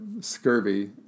scurvy